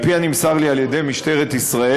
על פי הנמסר לי ממשטרת ישראל,